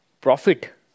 Profit